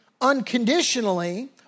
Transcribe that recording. unconditionally